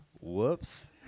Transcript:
Whoops